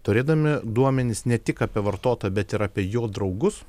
turėdami duomenis ne tik apie vartotoją bet ir apie jo draugus